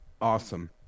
Awesome